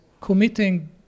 committing